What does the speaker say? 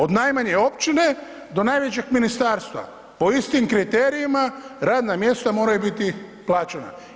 Od najmanje općine do najvećeg ministarstva, po istim kriterijima radna mjesta moraju biti plaćena.